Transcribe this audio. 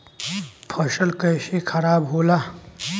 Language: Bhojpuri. फसल कैसे खाराब होला?